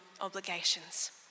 obligations